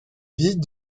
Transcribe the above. visite